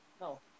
No